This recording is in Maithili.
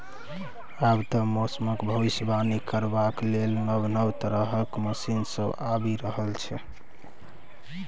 आब तए मौसमक भबिसबाणी करबाक लेल नब नब तरहक मशीन सब आबि रहल छै